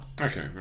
Okay